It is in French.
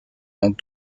dans